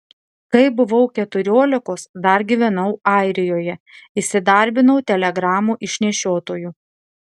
kai buvau keturiolikos dar gyvenau airijoje įsidarbinau telegramų išnešiotoju